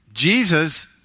Jesus